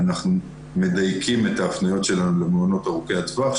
אנחנו מדייקים את ההפניות שלהם למעונות ארוכי הטווח.